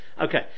Okay